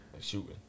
shooting